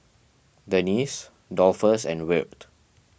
Denese Dolphus and Wirt